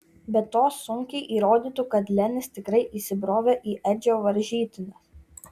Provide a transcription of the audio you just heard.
be to sunkiai įrodytų kad lenis tikrai įsibrovė į edžio varžytines